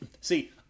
See